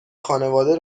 خانواده